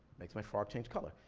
makes my frog change color.